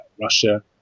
russia